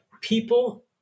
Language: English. people